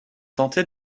tenté